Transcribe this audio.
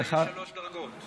אה, יש שלוש דרגות?